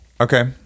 okay